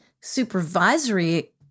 supervisory